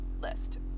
list